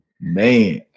Man